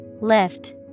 Lift